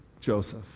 Joseph